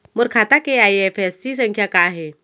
मोर खाता के आई.एफ.एस.सी संख्या का हे?